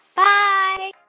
bye